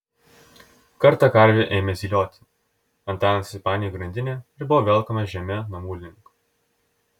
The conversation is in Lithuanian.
kartą karvė ėmė zylioti antanas įsipainiojo į grandinę ir buvo velkamas žeme namų link